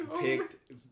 picked